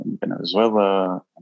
Venezuela